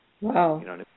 Wow